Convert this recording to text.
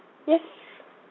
yes